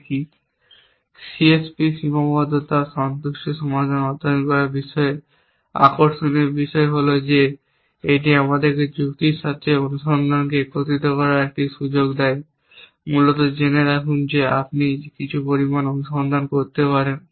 C S P সীমাবদ্ধতা সন্তুষ্টি সমস্যা অধ্যয়ন করার বিষয়ে আকর্ষণীয় বিষয় হল যে এটি আমাদেরকে যুক্তির সাথে অনুসন্ধানকে একত্রিত করার একটি সুযোগ দেয় মূলত জেনে রাখুন যে আপনি কিছু পরিমাণ অনুসন্ধান করতে পারেন